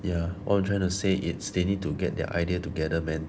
ya what I'm trying to say is they need to get their idea together man